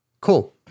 cool